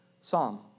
psalm